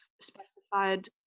specified